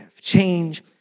Change